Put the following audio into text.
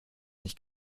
nicht